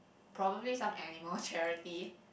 probably some animal charity